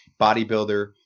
Bodybuilder